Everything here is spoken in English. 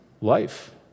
life